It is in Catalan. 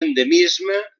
endemisme